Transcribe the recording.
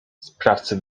sprawcy